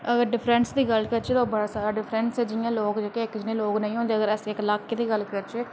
अगर डिफरैंस दी गल्ल करचै तां बड़ा सारा डिफरैंस जि'यां लोक जेह्के इक जनेह् लोक नेईं होंदे अगर अस लाके दी गल्ल करचै तां